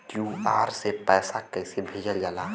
QR से पैसा कैसे भेजल जाला?